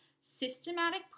systematic